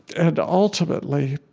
and ultimately,